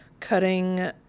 Cutting